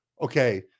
Okay